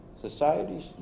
societies